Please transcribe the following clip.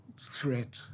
threat